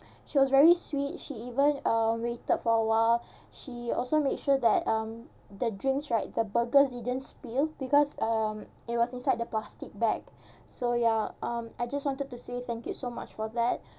she was very sweet she even uh waited for awhile she also made sure that um the drinks right the burgers didn't spill because um it was inside the plastic bag so ya um I just wanted to say thank you so much for that